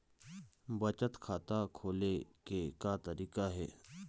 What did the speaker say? बचत खाता खोले के का तरीका हे?